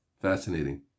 Fascinating